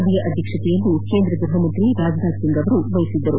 ಸಭೆಯ ಅಧ್ಯಕ್ಷತೆಯನ್ನು ಕೇಂದ್ರ ಗೃಹಸಚಿವ ರಾಜನಾಥ್ ಸಿಂಗ್ ವಹಿಸಿದ್ದರು